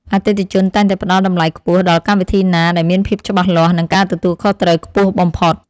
អតិថិជនតែងតែផ្តល់តម្លៃខ្ពស់ដល់កម្មវិធីណាដែលមានភាពច្បាស់លាស់ និងការទទួលខុសត្រូវខ្ពស់បំផុត។